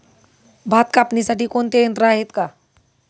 भात कापणीसाठी कोणते यंत्र आहेत का?